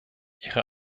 ihre